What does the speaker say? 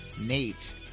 Nate